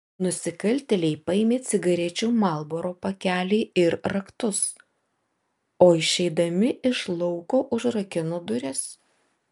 nusikaltėliai paėmė cigarečių marlboro pakelį ir raktus o išeidami iš lauko užrakino duris